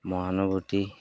মহানুভূতি